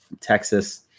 Texas